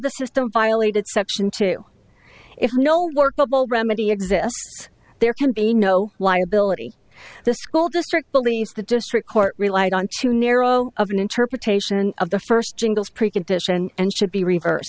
the system violated section two if no workable remedy exists there can be no liability the school district police the district court relied on too narrow of an interpretation of the first jingles precondition and should be reversed